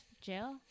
jail